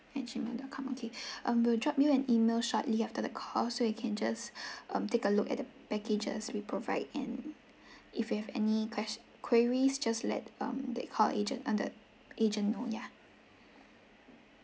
at gmail dot com okay um we'll drop you an email shortly after the call so you can just um take a look at the packages we provide and if you have any ques~ queries just let um they call agent under asian nyonya